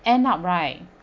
end up right